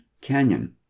canyon